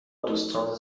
دوستان